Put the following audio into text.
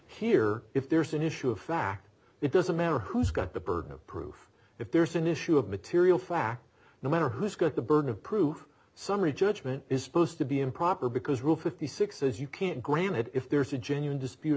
here if there's an issue of fact it doesn't matter who's got the burden of proof if there's an issue of material fact no matter who's got the burden of proof summary judgment is supposed to be improper because rule fifty six says you can't granted if there's a genuine dispute